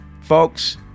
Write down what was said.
folks